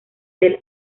del